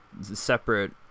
separate